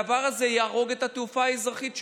הדבר הזה יהרוג את התעופה האזרחית שלנו,